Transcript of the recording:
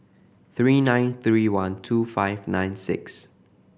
three nine three one two five nine six